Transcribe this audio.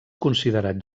considerat